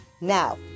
Now